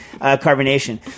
carbonation